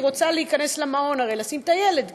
אם היא רוצה להכניס את הילד למעון,